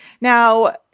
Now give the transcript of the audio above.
Now